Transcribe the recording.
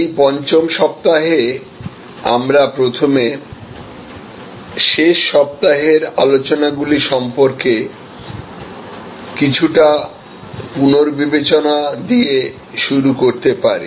এই পঞ্চম সপ্তাহে আমরা প্রথমে শেষ সপ্তাহের আলোচনাগুলি সম্পর্কে কিছুটা পুনর্বিবেচনা দিয়ে শুরু করতে পারি